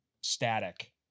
static